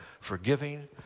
forgiving